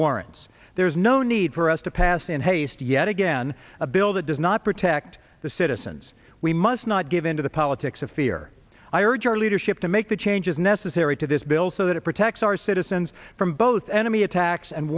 warrants there's no need for us to pass in haste yet again a bill that does not protect the citizens we must not give in to the politics of fear i urge our leadership to make the changes necessary to this bill so that it protects our citizens from both enemy attacks and